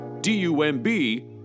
d-u-m-b